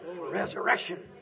Resurrection